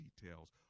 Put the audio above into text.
details